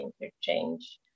interchange